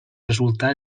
resultar